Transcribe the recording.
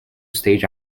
stage